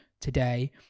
today